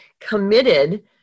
committed